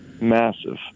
massive